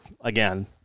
again